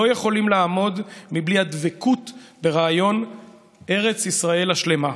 לא יכולים לעמוד בלי הדבקות ברעיון ארץ ישראל השלמה.